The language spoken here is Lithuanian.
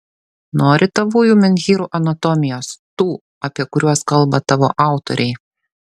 nori tavųjų menhyrų anatomijos tų apie kuriuos kalba tavo autoriai